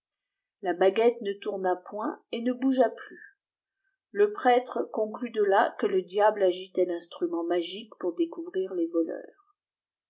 la baguette ne tourna point et ne bougea plus le prêtre conclut de là que le diable agitait finstrument magique pour découvrir lés voleurs